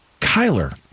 Kyler